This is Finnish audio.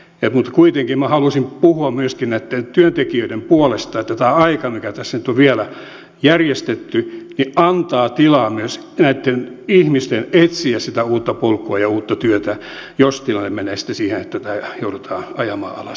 mutta kuitenkin minä halusin puhua myöskin näitten työntekijöiden puolesta että tämä aika mikä tässä nyt on vielä järjestetty antaa tilaa myös näitten ihmisten etsiä sitä uutta polkua ja uutta työtä jos tilanne menee sitten siihen että tämä joudutaan ajamaan alas